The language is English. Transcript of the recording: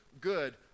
good